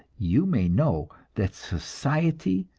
you may know that society,